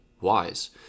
wise